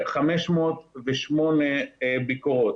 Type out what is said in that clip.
ו-508 ביקורות.